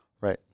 Right